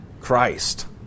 Christ